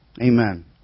Amen